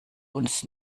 uns